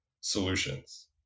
solutions